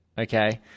Okay